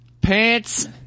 pants